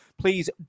please